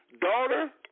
Daughter